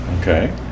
Okay